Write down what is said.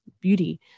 beauty